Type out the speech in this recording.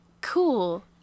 cool